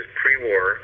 pre-war